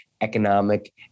economic